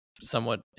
somewhat